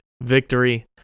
victory